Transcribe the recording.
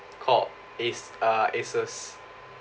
called as~ uh asus